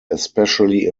especially